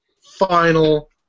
final